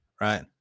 right